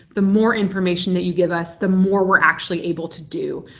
the more information that you give us, the more we're actually able to do.